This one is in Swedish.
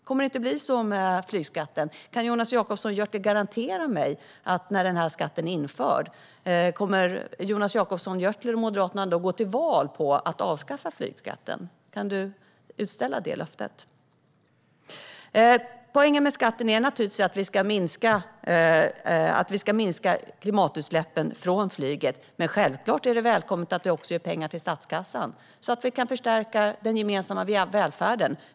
Kommer det inte att bli så med flygskatten? Kan Jonas Jacobsson Gjörtler garantera mig det? När den här skatten är införd, kommer Jonas Jacobsson Gjörtler och Moderaterna då att gå till val på att avskaffa flygskatten? Kan ni utställa det löftet? Poängen med skatten är att vi ska minska klimatutsläppen från flyget. Självklart är det välkommet att den också ger pengar till statskassan så att vi kan förstärka den gemensamma välfärden.